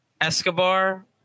Escobar